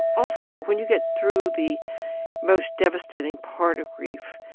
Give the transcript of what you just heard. also when you get through the most devastating part of grief,